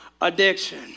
addiction